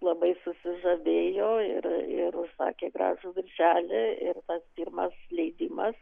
labai susižavėjo ir ir užsakė gražų viršelį ir tas pirmas leidimas